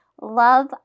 love